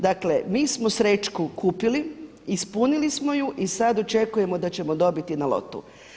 Dakle, mi smo srećku kupili, ispunili smo ju i sada očekujemo da ćemo dobiti na lotu.